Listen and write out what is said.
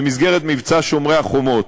במסגרת מבצע "שומרי החומות".